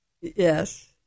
Yes